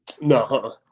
No